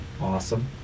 Awesome